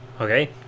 okay